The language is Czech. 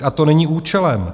A to není účelem.